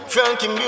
Frankie